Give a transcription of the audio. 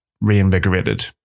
reinvigorated